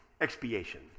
Expiation